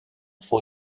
vor